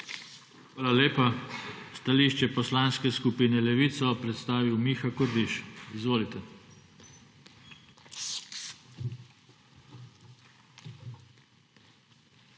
Hvala lepa. Stališče Poslanske skupine Levica bo predstavil Miha Kordiš. Izvolite. **MIHA